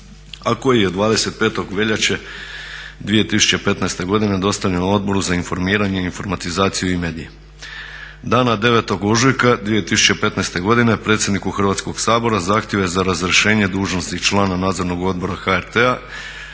a koji je 25. veljače 2015. godine dostavljen Odboru za informiranje, informatizaciju i medije. Dana 9. ožujka 2015. godine predsjedniku Hrvatskoga sabora zahtjeve za razrješenje dužnosti člana Nadzornog odbora HRT-a